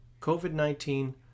COVID-19